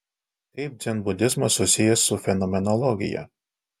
kaip dzenbudizmas susijęs su fenomenologija